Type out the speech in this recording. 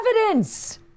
evidence